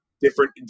different